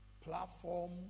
platform